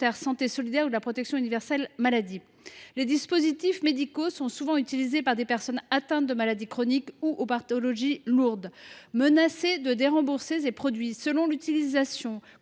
santé solidaire ou de la protection universelle maladie. Les dispositifs médicaux sont souvent utilisés par des personnes atteintes de maladies chroniques ou aux pathologies lourdes. Menacer de dérembourser ces produits selon l’utilisation